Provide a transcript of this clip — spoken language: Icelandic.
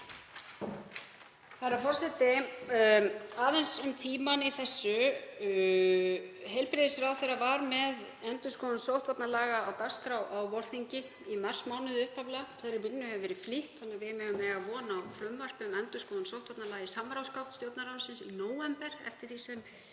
Herra forseti. Aðeins um tímann í þessu. Heilbrigðisráðherra var með endurskoðun sóttvarnalaga á dagskrá á vorþingi, í marsmánuði upphaflega. Þeirri vinnu hefur verið flýtt þannig að við megum eiga von á frumvarpi um endurskoðun sóttvarnalaga í samráðsgátt Stjórnarráðsins í nóvember, eftir því sem